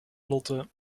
lotte